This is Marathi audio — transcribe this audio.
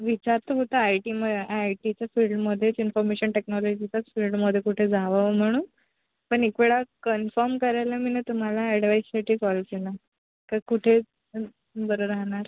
विचार तर होता आय टीम आय टीच्या फील्डमध्येच इन्फॉर्मेशन टेक्नॉलजीच्याच फील्डमध्ये कुठे जावं म्हणून पण एक वेळा कन्फर्म करायला मीनं तुम्हाला ॲडवाइससाठी कॉल केला की कुठे बरं राहणार